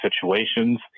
situations